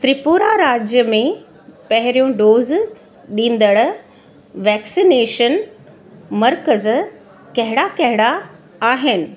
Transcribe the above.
त्रिपुरा राज्य में पहिरियों डोज़ ॾींदड़ु वैक्सनेशन मर्कज़ कहिड़ा कहिड़ा आहिनि